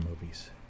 movies